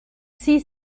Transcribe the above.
see